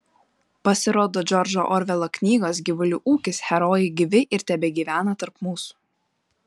pasirodo džordžo orvelo knygos gyvulių ūkis herojai gyvi ir tebegyvena tarp mūsų